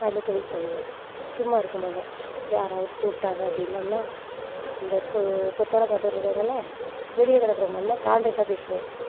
நான் அந்த தொழில் பண்ணுவேன் சும்மா இருக்கமாட்டேன் யாராவது கூப்பிட்டாங்க அப்படின்னம்னா இந்த கு கொத்து வேலை பார்த்துட்டு இருக்காங்கல்ல விடிய கிடக்குற மண்ணை காண்ட்ரெக்டாக பேசுவேன்